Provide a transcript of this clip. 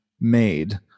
made